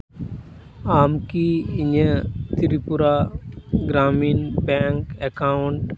ᱟᱢ ᱠᱤ ᱤᱧᱟᱹᱜ ᱛᱨᱤᱯᱩᱨᱟ ᱜᱨᱟᱢᱤᱱ ᱵᱮᱝᱠ ᱮᱠᱟᱣᱩᱱᱴ